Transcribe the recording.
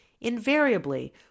Invariably